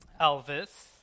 Elvis